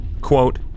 quote